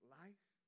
life